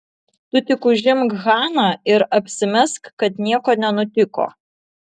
tu tik užimk haną ir apsimesk kad nieko nenutiko